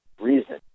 reason